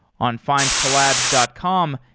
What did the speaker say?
on findcollabs dot com,